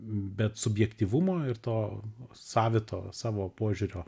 bet subjektyvumo ir to savito savo požiūrio